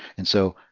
and so